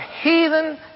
heathen